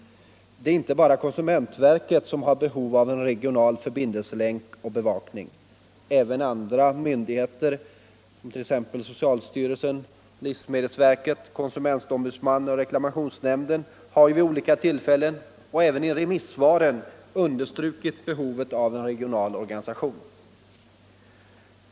Det är inte bara konsumentverket som har behov av en regional förbindelselänk och bevakning. Även andra myndigheter, t.ex. socialstyrelsen, livsmedelsverket, konsumentombudsmannen och reklamationsnämnden, har vid olika tillfällen — och även i remissvaren — understrukit behovet av en regional organisation.